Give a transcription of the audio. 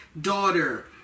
daughter